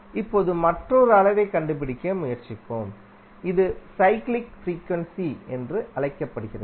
இப்போது மற்றொரு அளவைக் கண்டுபிடிக்க முயற்சிப்போம் இது சைக்ளிக் ஃப்ரீக்யுண்சி என்று அழைக்கப்படுகிறது